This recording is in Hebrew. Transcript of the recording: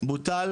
בוטל